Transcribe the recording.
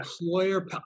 employer